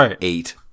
eight